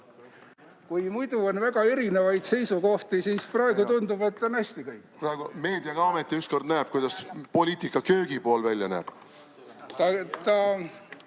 kui muidu on väga erinevaid seisukohti, siis praegu tundub, et on hästi. Meedia ka ometi ükskord näeb, kuidas poliitika köögipool välja näeb.